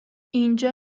اینجا